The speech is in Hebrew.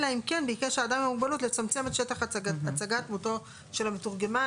אלא אם כן ביקש האדם עם המוגבלות לצמצם את שטח הצגת דמותו של המתורגמן,